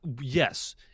yes